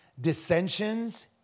dissensions